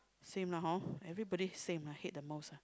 same lah [hpr] everybody same hate the boss lah